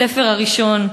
הספר הראשון: